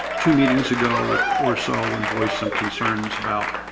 two meetings ago or so when voiced some concerns about